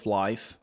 life